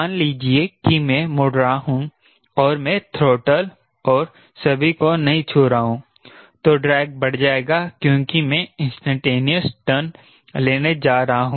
मान लीजिए कि मैं मुड़ रहा हूं और मैं थ्रॉटल और सभी को नहीं छू रहा हूं तो ड्रैग बढ़ जाएगा क्योंकि मैं इंस्टैंटेनियस टर्न लेने जा रहा हूं